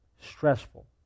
stressful